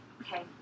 Okay